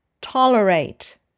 Tolerate